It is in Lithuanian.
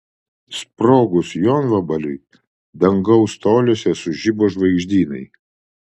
sprogus jonvabaliui dangaus toliuose sužibo žvaigždynai